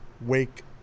wake